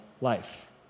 life